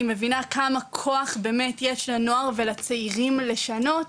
מבינה כמה כוח באמת יש לנוער ולצעירים לשנות,